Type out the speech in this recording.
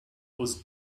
was